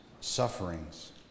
sufferings